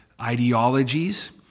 ideologies